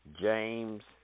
James